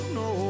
no